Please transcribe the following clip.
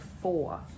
four